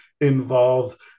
involved